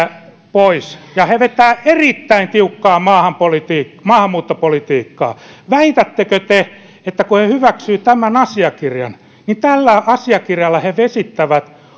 pois ja he vetävät erittäin tiukkaa maahanmuuttopolitiikkaa väitättekö te että kun he hyväksyvät tämän asiakirjan niin tällä asiakirjalla he vesittävät